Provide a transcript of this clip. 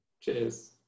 Cheers